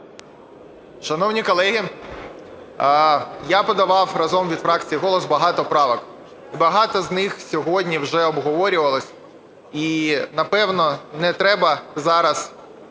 Шановні колеги, я подавав разом від фракції "Голос" багато правок. І багато з них сьогодні вже обговорювалися і, напевне, не треба зараз